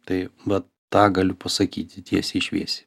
tai vat tą galiu pasakyti tiesiai šviesiai